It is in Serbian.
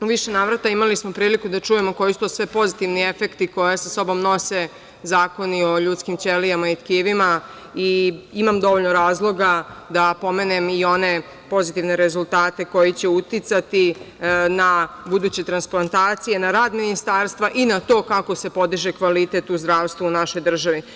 U više navrata imali smo priliku da čujemo koji su to sve pozitivni efekti koja sa sobom nose zakoni o ljudskim ćelijama i tkivima i imamo dovoljno razloga da pomenem i one pozitivne rezultate koji će uticati na buduće transplantacije, na rad Ministarstva i na to kako se podiže kvalitet u zdravstvu u našoj državi.